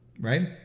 right